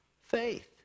faith